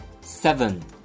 Seven